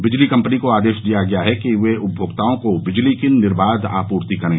बिजली कंपनी को आदेश दिया गया है कि वे उपमोक्ताओं को बिजली की निर्बाघ आपूर्ति करे